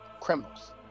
criminals